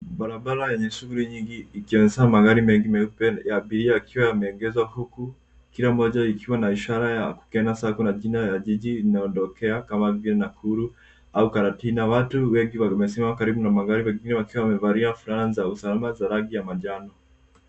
Barabara yenye shughuli nyingi ikionyesha magari meupe ya abiria yakiwa yameegezwa huku kila moja ikiwa na ishara ya Kukena SACCO na jina ya jiji inayoondokea kama vile Nakuru au Karatina. Watu wengi wamesimama karibu na magari wengine wakiwa wamevalia fulana za usalama za rangi ya manjano.